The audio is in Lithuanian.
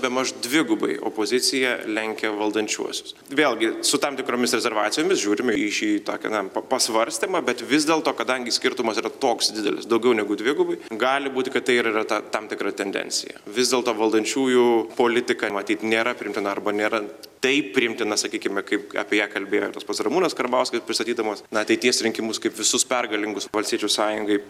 bemaž dvigubai opozicija lenkia valdančiuosius vėlgi su tam tikromis rezervacijomis žiūrime į šį tokį na pasvarstymą bet vis dėlto kadangi skirtumas yra toks didelis daugiau negu dvigubai gali būti kad tai yra tam tikra tendencija vis dėlto valdančiųjų politika matyt nėra priimtina arba nėra tai priimtina sakykime kaip ką apie ją kalbėjo tas pats ramūnas karbauskis pristatydamas ateities rinkimus kaip visus pergalingus valstiečių sąjungai